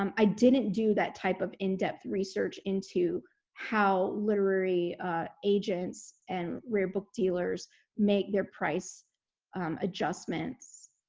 um i didn't do that type of in-depth research into how literary agents and rare book dealers make their price adjustments,